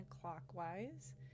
clockwise